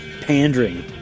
Pandering